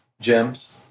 gems